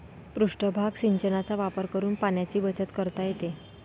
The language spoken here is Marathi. पृष्ठभाग सिंचनाचा वापर करून पाण्याची बचत करता येते